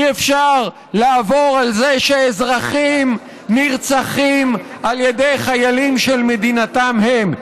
אי-אפשר לעבור על זה שאזרחים נרצחים על ידי חיילים של מדינתם שלהם.